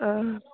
आं